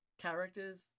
characters